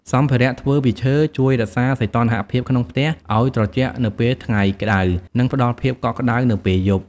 សម្ភារៈធ្វើពីឈើ ជួយរក្សាសីតុណ្ហភាពក្នុងផ្ទះឲ្យត្រជាក់នៅពេលថ្ងៃក្តៅ និងផ្តល់ភាពកក់ក្តៅនៅពេលយប់ ។